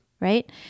right